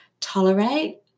tolerate